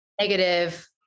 negative